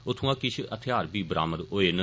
उत्थ्आं किश हथियार बी बरामद होए न